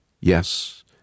Yes